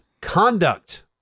conduct